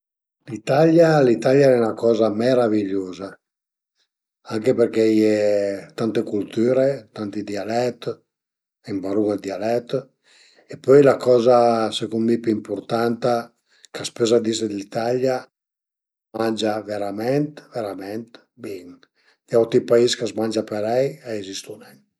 A dipend ën po da la stagiun, se al istà a m'piazerìa magari andé ën paira dë di al mar a fe spasegiade o coze del genere, se ënvece al e ün'autra stagiun, andé caminé ën muntagna o ëncuntrese cun i amis o truvese da cuai part a fe a fe due parole o anche mach 'na spasegiada ën la sità